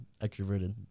extroverted